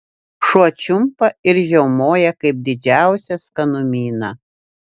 šuo čiumpa ir žiaumoja kaip didžiausią skanumyną